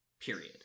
period